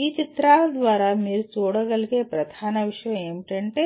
ఈ చిత్రాల ద్వారా మీరు చూడగలిగే ప్రధాన విషయం ఏమిటంటే